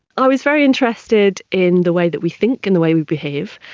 i was very interested in the way that we think and the way we behave,